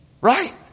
Right